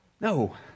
No